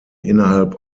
innerhalb